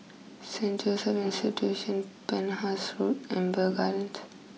Saint Joseph Institution Penhas Road Amber Gardens